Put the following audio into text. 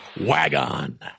Wagon